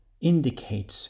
indicates